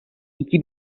iki